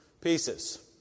pieces